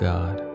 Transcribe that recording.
God